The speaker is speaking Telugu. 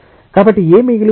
కాబట్టి ఏమి మిగిలి ఉంది